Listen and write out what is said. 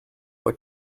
what